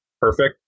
Perfect